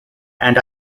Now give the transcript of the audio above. and